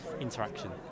interaction